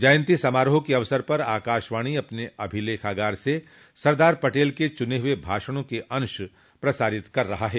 जयंती स समारोह के अवसर पर आकाशवाणी अपने अभिलेखागार से सरदार पटेल के चुने हुए भाषणों के अंश प्रसारित कर रहा है